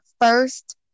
first